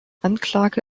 anklage